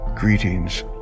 Greetings